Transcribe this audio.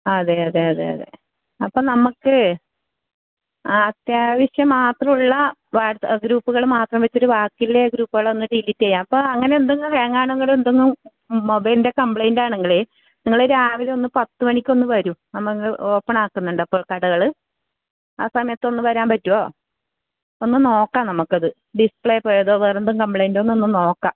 അതേയതേയതേയതേ അപ്പോൾ നമുക്ക് അത്യാവശ്യം മാത്രുള്ള വാട്സാപ്പ് ഗ്രൂപ്പുകൾ മാത്രം വെച്ചിട്ട് ബാക്കിയുള്ള ഗ്രൂപ്പുകളൊന്നു ഡിലീറ്റ് ചെയ്യാം അപ്പോൾ അങ്ങനെ എന്തെങ്കിലും ഹാങ്ങാണെങ്കിൽ ളിതൊന്ന് മൊബൈലിൻ്റെ കംപ്ലൈൻറ്റ് ആണെങ്കിൽ നിങ്ങൾ രാവിലെയൊന്ന് പത്തുമണിക്കൊന്നു വരൂ നമ്മൾ ഓപ്പണാക്കുന്നുണ്ട് അപ്പോൾ കടകൾ ആ സമയത്തൊന്നു വരാൻ പറ്റുവോ ഒന്നു നോക്കാം നമുക്കത് ഡിസ്പ്ലേ പോയതോ വേറെന്തെലും കംപ്ലൈൻറ്റൊന്നൊന്നു നോക്കാം